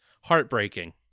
heartbreaking